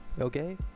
Okay